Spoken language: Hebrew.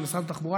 של משרד התחבורה,